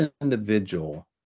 individual